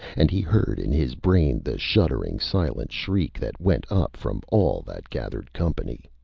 and he heard in his brain the shuddering, silent shriek that went up from all that gathered company.